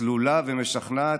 צלולה ומשכנעת.